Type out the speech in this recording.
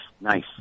nice